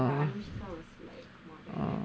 but anushka was like more direct